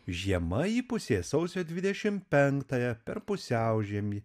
žiema įpusės sausio dvidešim penktąją per pusiaužiemį